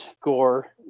gore